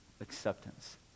Acceptance